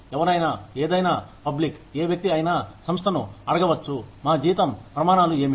ఎవరైనా ఏదైనా పబ్లిక్ ఏ వ్యక్తి అయినా సంస్థను అడగవచ్చు మా జీతం ప్రమాణాలు ఏమిటి